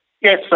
Yes